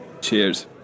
Cheers